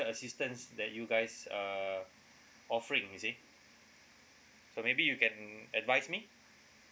assistance that you guys err offering you see so maybe you can advise me